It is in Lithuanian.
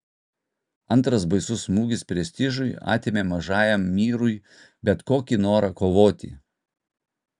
antras baisus smūgis prestižui atėmė mažajam myrui bet kokį norą kovoti